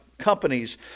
companies